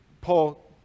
Paul